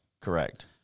Correct